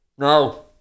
No